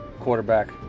quarterback